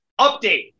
Update